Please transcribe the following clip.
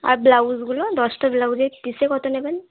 আর ব্লাউজগুলো দশটা ব্লাউজে কিসে কতো নেবেন